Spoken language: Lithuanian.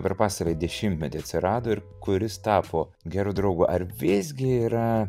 per pastarąjį dešimtmetį atsirado ir kuris tapo geru draugu ar visgi yra